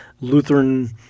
Lutheran